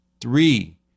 three